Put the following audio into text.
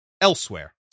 elsewhere